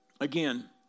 again